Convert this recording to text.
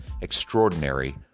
extraordinary